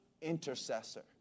intercessor